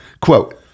Quote